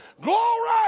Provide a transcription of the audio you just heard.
Glory